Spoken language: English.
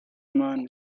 man